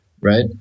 right